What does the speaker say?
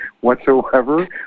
whatsoever